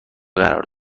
قرار